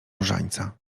różańca